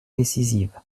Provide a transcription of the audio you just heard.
décisive